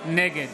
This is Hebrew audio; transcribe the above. נגד